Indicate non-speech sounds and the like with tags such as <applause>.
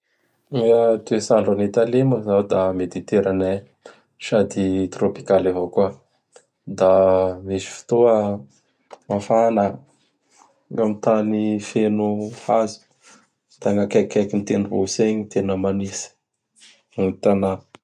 <noise> Ny a toets'andro an'Italie moa zao da mediteranien sady trôpikaly avao koa. Da misy fotoa <noise> mafana gn'am tany feno hazo; <noise> da gn'akaiaikain tendrombohitsy egny gn ny tena manitsy. gn tana.